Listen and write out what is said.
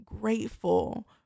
grateful